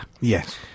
yes